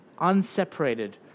unseparated